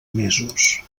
mesos